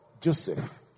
Joseph